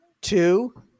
two